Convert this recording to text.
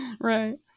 Right